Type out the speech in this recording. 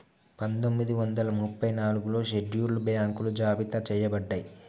పందొమ్మిది వందల ముప్పై నాలుగులో షెడ్యూల్డ్ బ్యాంకులు జాబితా చెయ్యబడ్డయ్